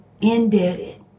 indebted